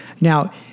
Now